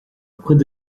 cuid